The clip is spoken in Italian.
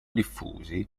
diffusi